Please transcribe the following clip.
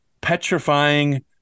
petrifying